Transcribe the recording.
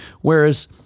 Whereas –